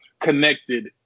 connected